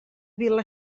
vila